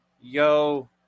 yo